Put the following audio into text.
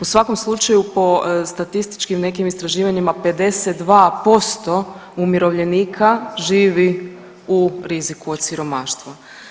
U svakom slučaju po statističkim nekim istraživanjima 52% umirovljenika živi u riziku od siromaštva.